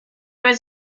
was